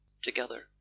together